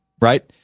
Right